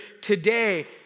today